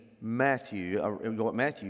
Matthew